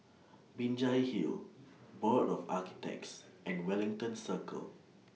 Binjai Hill Board of Architects and Wellington Circle